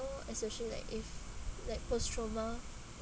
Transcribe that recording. especially like if like post trauma